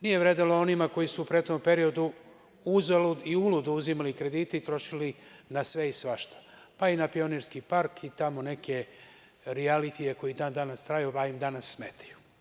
Nije vredelo onima koji su u prethodno periodu uzalud i uludo uzimali kredite i trošili na sve i svašta, pa i na Pionirski park i tamo neke rijalitije koji i dan danas traju, pa im danas smetaju.